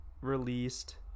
released